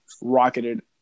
rocketed